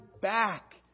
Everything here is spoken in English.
back